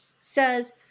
says